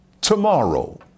tomorrow